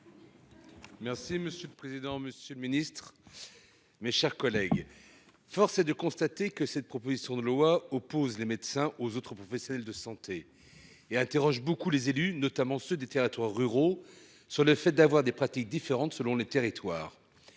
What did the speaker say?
vote. Monsieur le président, monsieur le ministre, mes chers collègues, force est de constater que cette proposition de loi oppose les médecins aux autres professionnels de santé et interroge beaucoup les élus, notamment des zones rurales, sur la coexistence de pratiques différentes en fonction des territoires.